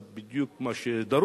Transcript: זה בדיוק מה שדרוש.